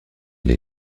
les